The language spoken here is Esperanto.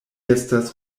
estas